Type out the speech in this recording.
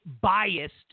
biased